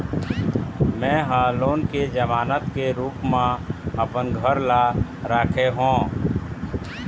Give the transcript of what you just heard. में ह लोन के जमानत के रूप म अपन घर ला राखे हों